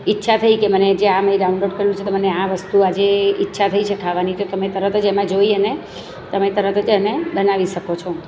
ઈચ્છા થઈ કે મને જે આ મેં ડાઉનલોડ કર્યું છે તો મને આ વસ્તુ આજે ઈચ્છા થઈ છે ખાવાની તો તમે તરત જ એમાં જોઈ અને તમે તરત જ એને બનાવી શકો છો